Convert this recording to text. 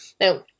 Now